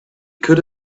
could